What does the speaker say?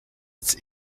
its